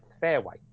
fairway